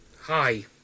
hi